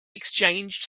exchanged